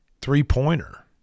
three-pointer